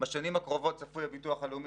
בשנים הקרובות צפוי הביטוח הלאומי